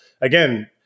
again